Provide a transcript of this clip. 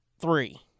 three